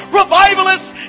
Revivalists